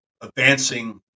advancing